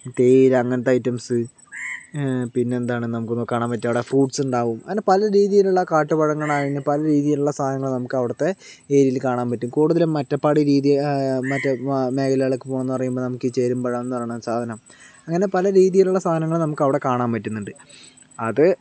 തേയില അങ്ങനത്തെ ഐറ്റംസ് പിന്നെന്താണ് നമുക്കവിടെ കാണാൻ പറ്റുക ഫ്രൂട്ട്സുണ്ടാകും അങ്ങന പലരീതിയിലുള്ള കാട്ട്പഴങ്ങളാണ് രീതിയിലുള്ള സാധനങ്ങൾ നമുക്കവിടത്തെ ഏരിയിൽ കാണാൻ പറ്റും കൂടുതലും മറ്റപ്പാട് രീതി മറ്റ് മേഖലകളിലേക്ക് പോകണമെന്ന് പറയുമ്പോൾ നമുക്ക് ചേരുമ്പഴമെന്ന് പറയുന്ന സാധനം അങ്ങനെ പല രീതിയിലുള്ള സാധനങ്ങൾ നമുക്കവിടെ കാണാൻ പറ്റുന്നുണ്ട് അത്